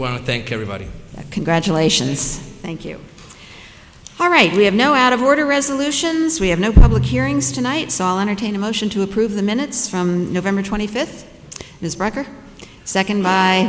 to thank everybody congratulations thank you all right we have no out of order resolutions we have no public hearings tonight's all entertain a motion to approve the minutes from nov twenty fifth his record second